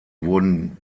wurden